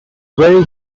very